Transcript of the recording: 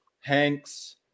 Hanks